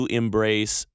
embrace